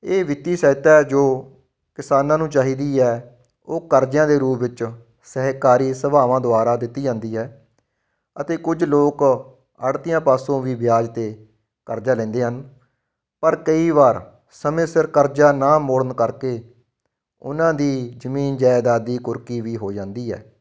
ਇਹ ਵਿੱਤੀ ਸਹਾਇਤਾ ਜੋ ਕਿਸਾਨਾਂ ਨੂੰ ਚਾਹੀਦੀ ਹੈ ਉਹ ਕਰਜਿਆਂ ਦੇ ਰੂਪ ਵਿੱਚ ਸਹਿਕਾਰੀ ਸਭਾਵਾਂ ਦੁਆਰਾ ਦਿੱਤੀ ਜਾਂਦੀ ਹੈ ਅਤੇ ਕੁਝ ਲੋਕ ਆੜ੍ਹਤੀਆਂ ਪਾਸੋਂ ਵੀ ਵਿਆਜ 'ਤੇ ਕਰਜ਼ਾ ਲੈਂਦੇ ਹਨ ਪਰ ਕਈ ਵਾਰ ਸਮੇਂ ਸਿਰ ਕਰਜ਼ਾ ਨਾ ਮੌੜਨ ਕਰਕੇ ਉਹਨਾਂ ਦੀ ਜ਼ਮੀਨ ਜਾਇਦਾਦ ਦੀ ਕੁਰਕੀ ਵੀ ਹੋ ਜਾਂਦੀ ਹੈ